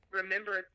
remember